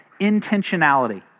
intentionality